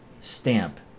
stamp